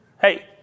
Hey